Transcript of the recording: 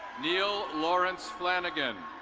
neil lawrence flanigan.